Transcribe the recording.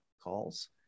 calls